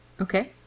Okay